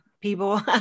people